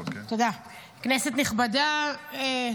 כנסת נכבדה,